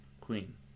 queen